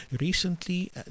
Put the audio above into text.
Recently